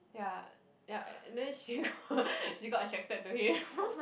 ya ya then she go she got attracted to him